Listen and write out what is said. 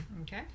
Okay